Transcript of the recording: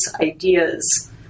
ideas